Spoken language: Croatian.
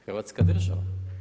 Hrvatska država.